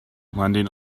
landing